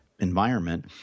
environment